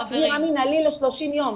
ואז היא מקבלת צו סגירה מנהלי ל-30 יום.